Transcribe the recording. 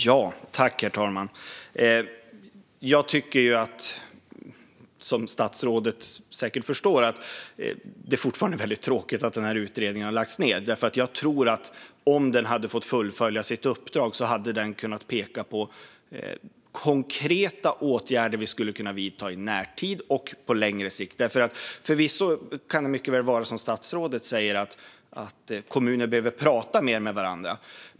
Herr talman! Som statsrådet säkert förstår tycker jag fortfarande att det är väldigt tråkigt att utredningen har lagts ned. Om den hade fått fullfölja sitt uppdrag hade den kunnat peka på konkreta åtgärder som vi hade kunnat vidta i närtid och på längre sikt. Det kan förvisso mycket väl vara så som statsrådet säger att kommuner behöver tala mer med varandra.